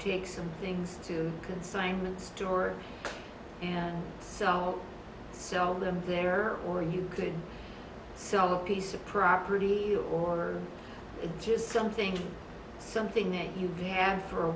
take some things to consignment store and so sell them there or you could sell a piece of property or just something something that you have for a